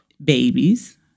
Babies